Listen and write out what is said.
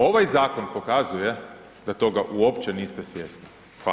Ovaj zakon pokazuje da toga uopće niste svjesni.